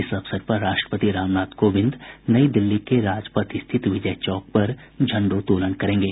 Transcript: इस अवसर पर राष्ट्रपति रामनाथ कोविंद नई दिल्ली के राजपथ स्थित विजय चौक पर झण्डोत्तोलन करेंगे